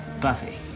Buffy